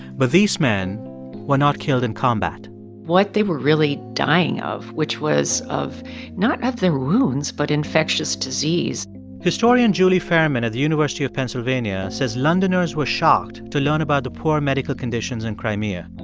but these men were not killed in combat what they were really dying of, which was of not of their wounds, but infectious disease historian julie fairman at the university of pennsylvania says londoners were shocked to learn about the poor medical conditions in crimea.